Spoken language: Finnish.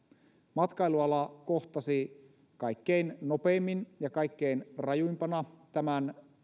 matkailuala kohtasi kaikkein nopeimmin ja kaikkein rajuimpana tämän